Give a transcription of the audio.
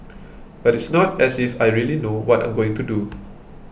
but it's not as if I really know what I'm going to do